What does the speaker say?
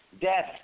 death